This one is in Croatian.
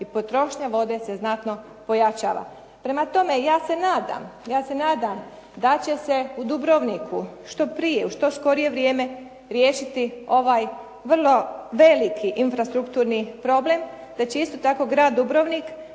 i potrošnja vode se znatno pojačava. Prema tome, ja se nadam da će se u Dubrovniku što prije, u što skorije vrijeme riješiti ovaj vrlo veliki infrastrukturni problem te će isto tako grad Dubrovnik